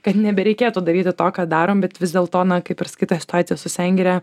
kad nebereikėtų daryti to ką darom bet vis dėl to na kaip ir sakai ta situacija su sengire